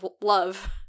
love